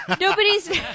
Nobody's